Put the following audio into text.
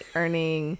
earning